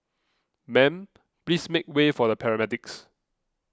ma'am please make way for the paramedics